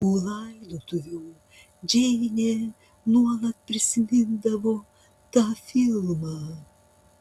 po laidotuvių džeinė nuolat prisimindavo tą filmą